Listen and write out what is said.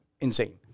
insane